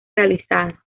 realizada